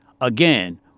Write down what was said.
Again